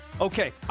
Okay